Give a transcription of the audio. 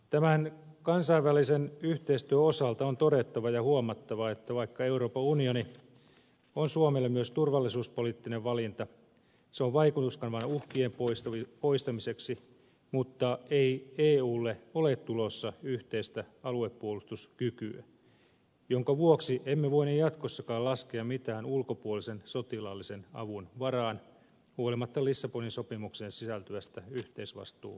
tämän kansainvälisen yhteistyön osalta on todettava ja huomattava että vaikka euroopan unioni on suomelle myös turvallisuuspoliittinen valinta se on vaikutuskanavana uhkien poistamiseksi mutta ei eulle ole tulossa yhteistä aluepuolustuskykyä minkä vuoksi emme voine jatkossakaan laskea mitään ulkopuolisen sotilaallisen avun varaan huolimatta lissabonin sopimukseen sisältyvästä yhteisvastuulausekkeesta